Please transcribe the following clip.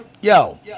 yo